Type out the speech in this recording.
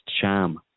sham